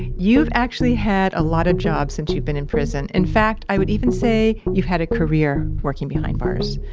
you've actually had a lot of jobs since you've been in prison. in fact, i would even say you've had a career working behind bars.